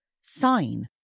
sign